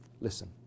Listen